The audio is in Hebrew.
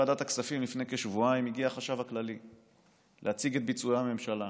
לפני כשבועיים הגיע החשב הכללי לוועדת הכספים להציג את ביצועי הממשלה.